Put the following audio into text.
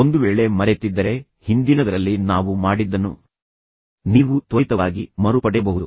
ಒಂದು ವೇಳೆ ನೀವು ಮರೆತಿದ್ದರೆ ಹಿಂದಿನದರಲ್ಲಿ ನಾವು ಮಾಡಿದ್ದನ್ನು ನೀವು ತ್ವರಿತವಾಗಿ ಮರುಪಡೆಯಬಹುದು